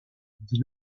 dit